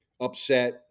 upset